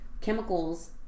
chemicals